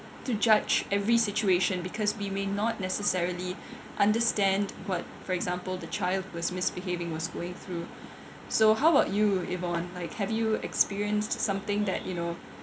to judge every situation because we may not necessarily understand what for example the child was misbehaving was going through so how about you yvonne like have you experienced something that you know